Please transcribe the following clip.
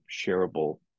shareable